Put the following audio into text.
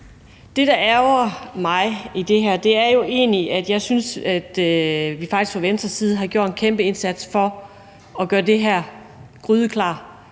Det, der ærgrer mig i det her, er jo egentlig, at jeg synes, at vi fra Venstres side faktisk gjort en kæmpe indsats for at gøre det her grydeklart